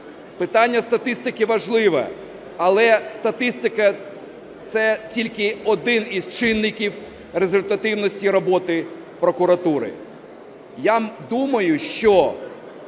Питання статистики важливе, але статистика – це тільки один із чинників результативності роботи прокуратури.